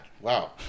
Wow